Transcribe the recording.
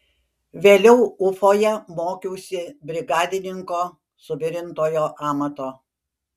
vėliau ufoje mokiausi brigadininko suvirintojo amato